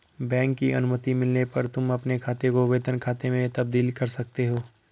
bank की अनुमति मिलने पर तुम अपने खाते को वेतन खाते में तब्दील कर सकते हो